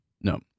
No